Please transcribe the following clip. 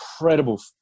incredible